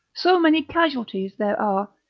so many casualties there are,